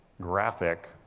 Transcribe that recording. graphic